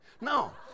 No